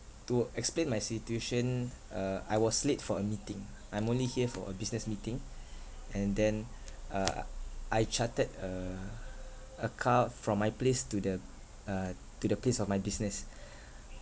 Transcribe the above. to explain my situation uh I was late for a meeting I'm only here for a business meeting and then uh uh I chartered a a car from my place to the uh to the place of my business